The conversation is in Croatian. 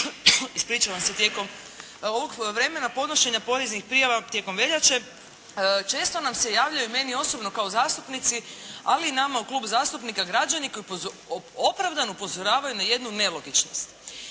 Naime tijekom ovog vremena podnošenja poreznih prijava tijekom veljače često nam se javljaju i meni osobno kao zastupnici, ali i nama u klub zastupnika građani koji opravdano upozoravaju na jednu nelogičnost.